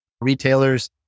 retailers